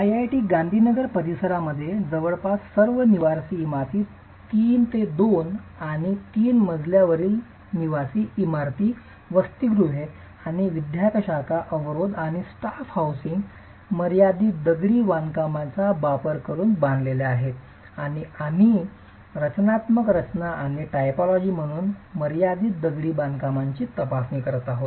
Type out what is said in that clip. IIT Gandhinagar परिसरामध्ये जवळपास सर्व निवासी इमारती आहेत 3 ते 2 आणि 3 मजल्यावरील निवासी इमारती वसतिगृहे आणि विद्याशाखा अवरोध आणि स्टाफ हाऊसिंग मर्यादित दगडी बांधकामांचा वापर करून बांधलेल्या आणि आम्ही रचनात्मक रचना आणि टायपॉलॉजी म्हणून मर्यादित दगडी बांधकामाची तपासणी करणार आहोत